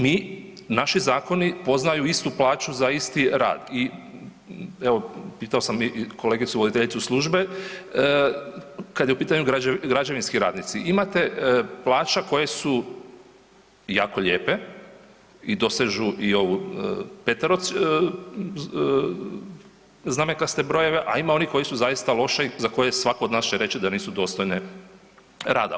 Mi, naši zakoni poznaju istu plaću za isti rad i evo, pitao sam i kolegicu, voditeljicu službe, kad je u pitanju građevinski radnici, imate plaća koje su jako lijepe i dosežu i ovu peteroznamenkaste brojeve, a ima onih koje su zaista loše i za koje svatko od nas će reći da nisu dostojne rada.